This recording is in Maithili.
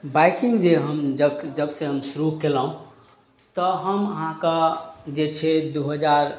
बाइकिंग जे हम जबसँ हम शुरू कयलहुँ तऽ हम अहाँक जे छै दू हजार